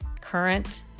current